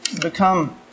become